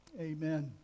amen